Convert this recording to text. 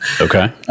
Okay